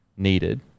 needed